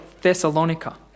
Thessalonica